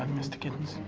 mr. giddens?